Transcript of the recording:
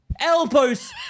elbows